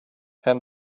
and